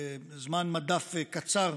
זמן מדף קצר,